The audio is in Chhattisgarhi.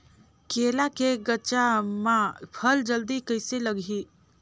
केला के गचा मां फल जल्दी कइसे लगही?